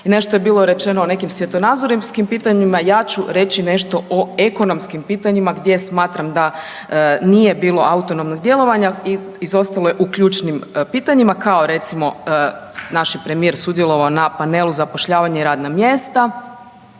nešto je bilo rečeno o nekim svjetonazorskim pitanjima. Ja ću nešto reći o ekonomskim pitanjima, gdje smatram da nije bilo autonomnog djelovanja i izostalo je u ključnim pitanjima kao recimo naš je premijer sudjelovao na panelu zapošljavanje i radna mjesta